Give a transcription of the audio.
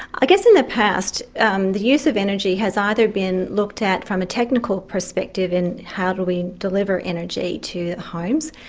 i guess in the past um the use of energy has either been looked at from a technical perspective in how do we deliver energy to homes,